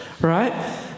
Right